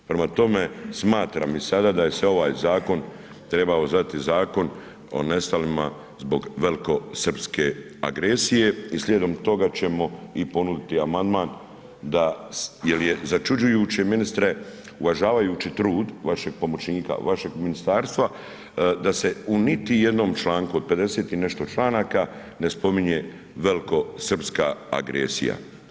Prema tome smatram i sada da se ovaj zakon trebao zvati zakon o nestalima zbog velikosrpske agresije i slijedom toga ćemo i ponuditi amandman jer je začuđujuće ministre uvažavajući trud vašeg pomoćnika, vašeg Ministarstva da se u niti jednom članku od 50 i nešto članaka ne spominje velikosrpska agresija.